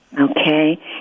Okay